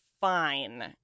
fine